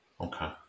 Okay